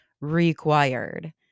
required